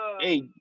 Hey